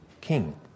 King